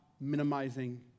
minimizing